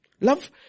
Love